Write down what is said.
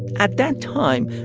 at that time,